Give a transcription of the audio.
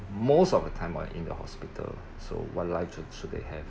most of the time while in the hospital so what life should should they have